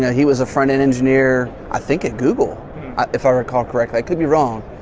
yeah he was a front end engineer i think at google if i recall correctly? i could be wrong,